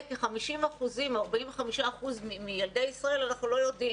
ו-50% או 45% מילדי ישראל אנחנו לא יודעים,